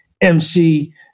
MC